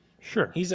Sure